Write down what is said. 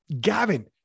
Gavin